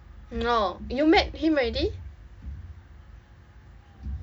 oh you met him already